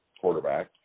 quarterback